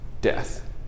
death